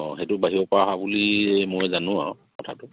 অঁ সেইটো বাহিৰৰপৰা অহা বুলি মই জানো আৰু কথাটো